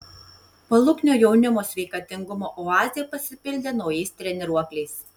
paluknio jaunimo sveikatingumo oazė pasipildė naujais treniruokliais